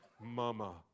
Mama